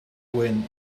when